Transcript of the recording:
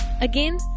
Again